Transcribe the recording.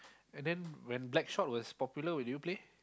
and then when Blackshot was popular did you play